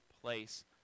place